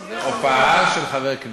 הופעה של חבר כנסת,